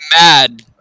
mad